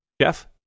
jeff